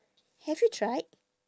have you tried